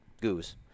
goose